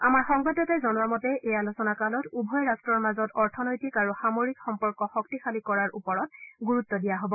আমাৰ সংবাদদাতাই জনোৱা মতে এই আলোচনাকালত উভয় ৰাষ্ট্ৰৰ মাজত অৰ্থনৈতিক আৰু সামৰিক সম্পৰ্ক শক্তিশালী কৰাৰ ওপৰত গুৰুত্ব দিয়া হব